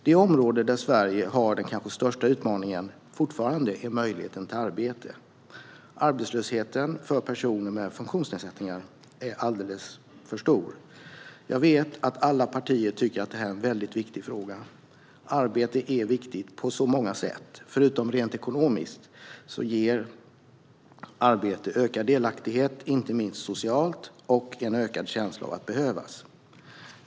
Det område där Sverige fortfarande har den kanske största utmaningen är möjligheten till arbete. Arbetslösheten för personer med funktionsnedsättningar är alldeles för stor. Jag vet att alla partier tycker att det är en väldigt viktig fråga. Arbete är viktigt på så många sätt. Förutom rent ekonomiskt ger arbete ökad delaktighet inte minst socialt och en ökad känsla av att behövas.